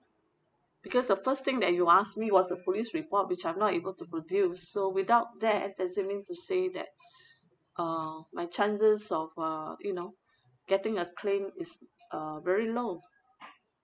because the first thing that you asked me was a police report which I'm not able to produce so without that does it mean to say that uh my chances of uh you know getting a claim is uh very low